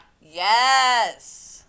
Yes